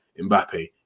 Mbappe